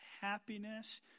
happiness